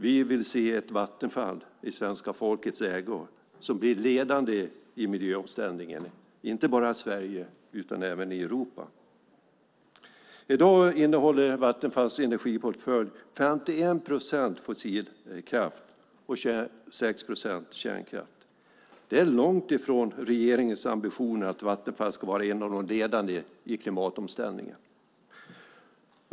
Vi vill se ett Vattenfall i svenska folkets ägo som blir ledande i miljöomställningen, inte bara i Sverige utan även i Europa. I dag innehåller Vattenfalls energiportfölj 51 procent fossilkraft och 26 procent kärnkraft. Det är långt ifrån regeringens ambitioner att Vattenfall ska vara en av de ledande i klimatomställningen.